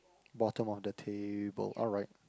bottom of the table alright